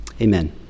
Amen